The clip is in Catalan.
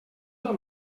del